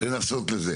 לנסות לתקן.